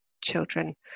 children